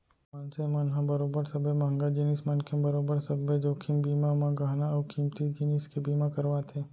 मनसे मन ह बरोबर सबे महंगा जिनिस मन के बरोबर सब्बे जोखिम बीमा म गहना अउ कीमती जिनिस के बीमा करवाथे